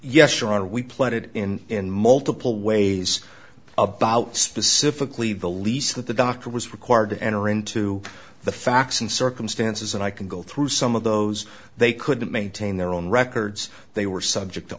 sure we played it in in multiple ways about specifically the least that the doctor was required to enter into the facts and circumstances and i can go through some of those they couldn't maintain their own records they were subject to